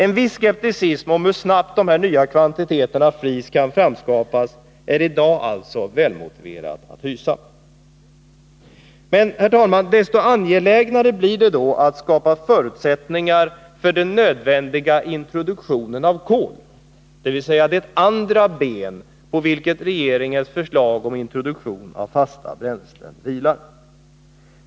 En viss skepsis i fråga om hur snabbt dessa nya kvantiter flis kan framskapas är det i dag alltså välmotiverat att hysa. Desto angelägnare blir det då att skapa förutsättningar för den nödvändiga introduktionen av kol, dvs. det andra ben på vilket regeringens förslag om introduktion av fasta bränslen vilar.